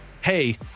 Hey